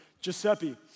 Giuseppe